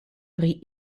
pri